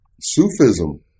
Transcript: Sufism